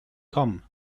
come